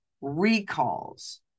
recalls